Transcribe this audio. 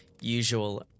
usual